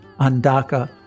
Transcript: Andaka